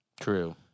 True